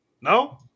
No